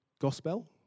gospel